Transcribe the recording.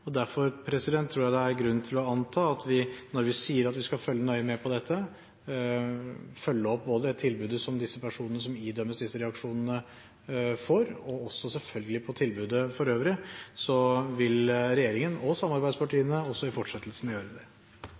Derfor tror jeg det er grunn til å anta at vi, når vi sier at vi skal følge nøye med på dette – følge opp både det tilbudet som disse personene som idømmes disse reaksjonene, får, og også selvfølgelig tilbudet for øvrig – vil regjeringen og samarbeidspartiene også i fortsettelsen gjøre det.